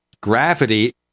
Gravity